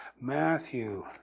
Matthew